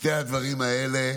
שני הדברים האלה